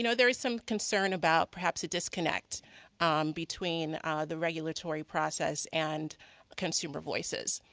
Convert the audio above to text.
you know there is some concern about perhaps a disconnect between the regulatory process and consumer voices.